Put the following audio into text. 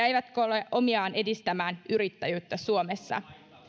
eivätkä ole omiaan edistämään yrittäjyyttä suomessa